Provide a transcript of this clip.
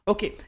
Okay